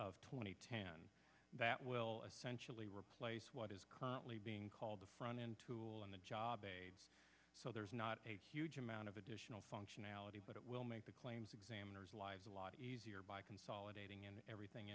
and ten that will eventually replace what is currently being called the front end tool on the job so there is not a huge amount of additional functionality but it will make the claims examiners lives a lot easier by consolidating and everything